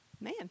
Man